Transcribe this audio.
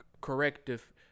Corrective